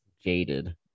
Jaded